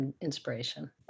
inspiration